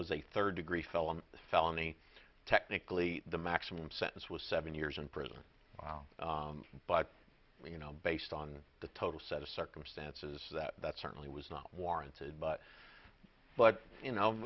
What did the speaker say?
was a third degree felony felony technically the maximum sentence was seven years in prison but you know based on the total set of circumstances that that certainly was not warranted but but you know